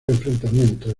enfrentamiento